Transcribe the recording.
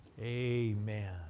Amen